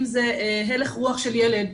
אם זה הלך רוח של ילד,